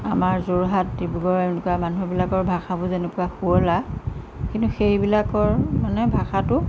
আমাৰ যোৰহাট ডিব্ৰুগড় এনেকুৱা মানুহবিলাকৰ ভাষাবোৰ যেনেকুৱা শুৱলা কিন্তু সেইবিলাকৰ মানে ভাষাটো